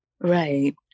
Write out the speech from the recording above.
Right